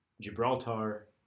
Gibraltar